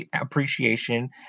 appreciation